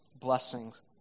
blessings